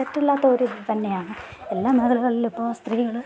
തെറ്റില്ലാത്തൊരു ഇത് തന്നെയാണ് എല്ലാ മേഖലകളിലുമിപ്പോൾ സ്ത്രീകൾ